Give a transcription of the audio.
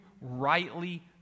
rightly